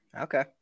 Okay